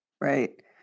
Right